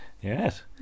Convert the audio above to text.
Yes